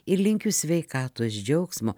ir linkiu sveikatos džiaugsmo